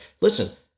listen